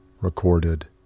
recorded